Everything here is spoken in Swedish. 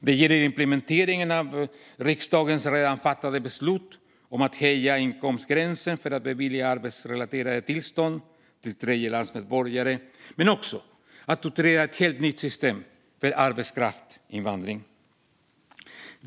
Det gäller implementeringen av riksdagens redan fattade beslut om att höja inkomstgränsen för att bevilja arbetsrelaterade tillstånd till tredjelandsmedborgare men också att utreda ett helt nytt system för arbetskraftsinvandring.